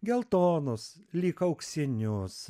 geltonus lyg auksinius